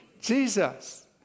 Jesus